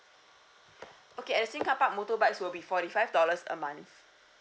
okay at the same carpark motorbikes will be forty five dollars a month